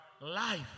life